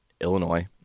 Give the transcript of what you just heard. Illinois